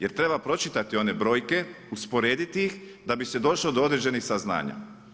Jer treba pročitati one brojke, usporediti ih da bi se došlo do određenih saznanja.